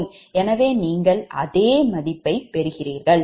எனவேநீங்கள் அதே மதிப்பைப் பெறுவீர்கள்